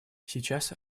сейчас